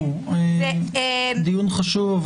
זה דיון חשוב,